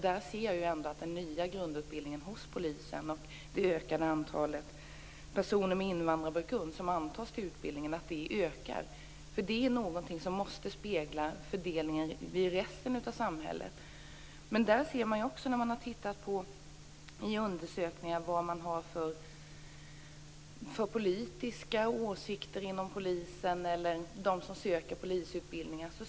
Men vi kan se att antalet personer med invandrarbakgrund som antas till den nya grundutbildningen ökar. Det är nämligen något som måste spegla hur det är i resten av samhället. Undersökningar har gjorts av de politiska åsikterna inom polisen och bland dem som söker till polisutbildningen.